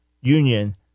union